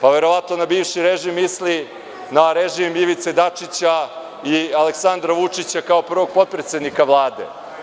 Pa, verovatno misli na režim Ivice Dačića i Aleksandra Vučića kao prvog potpredsednika Vlade.